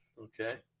Okay